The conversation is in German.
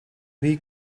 wie